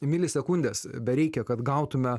mili sekundės bereikia kad gautume